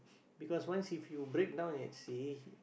because once if you breakdown at sea